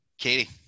Katie